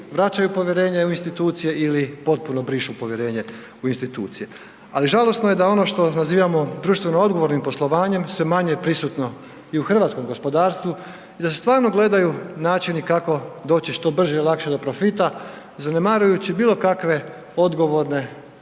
vraćaju povjerenje u institucije ili potpuno brišu povjerenje u institucije. Ali žalosno je da ono što nazivamo društveno odgovornim poslovanjem je sve manje prisutno i hrvatskom gospodarstvu i da se stvarno gledaju načini kako doći što brže i lakše do profita zanemarujući bilo kakve odgovorne